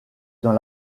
dans